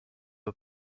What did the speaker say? aux